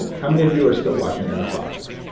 like how many of you are still washing your own socks?